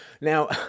Now